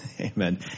Amen